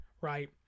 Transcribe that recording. right